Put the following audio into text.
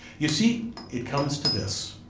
you see it comes to this.